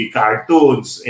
cartoons